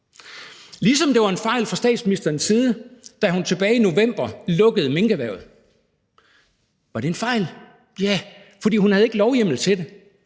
ligesom det var en fejl fra statsministerens side, da hun tilbage i november lukkede minkerhvervet. Var det en fejl? Ja, for hun havde ikke lovhjemmel til det.